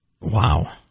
Wow